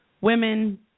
women